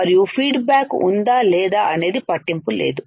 మరియు feedback ఉందా లేదా అనేది పట్టింపు లేదు